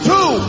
Two